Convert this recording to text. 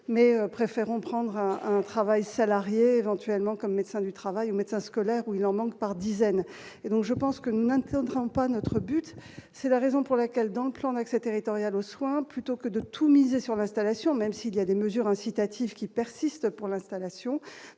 mais préférant prendre un un travail salarié éventuellement comme médecin du travail au médecin scolaire où il en manque, par dizaines, et donc je pense que nous n'entendons pas notre but, c'est la raison pour laquelle, dans le plan d'accès territoriale aux soins plutôt que de tout miser sur l'installation, même s'il y a des mesures incitatives qui persistent pour l'installation,